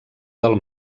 del